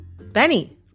Benny